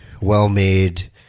well-made